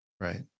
Right